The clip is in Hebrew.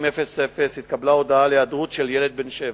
20:00, התקבלה הודעה על היעדרות של ילד בן שבע,